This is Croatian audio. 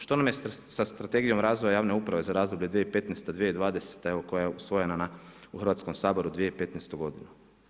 Što nam je sa Strategijom razvoja javne uprave za razdoblje 2015., 2020. evo koja je usvojena u Hrvatskom saboru 2015. godine.